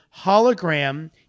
hologram